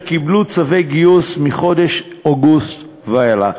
קיבלו צווי גיוס מחודש אוגוסט ואילך.